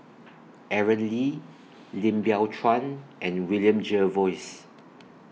Aaron Lee Lim Biow Chuan and William Jervois